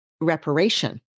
reparation